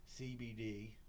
CBD